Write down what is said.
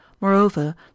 Moreover